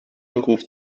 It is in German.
ruft